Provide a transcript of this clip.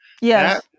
Yes